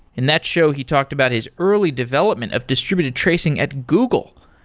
in that show, he talked about his early development of distributed tracing at google.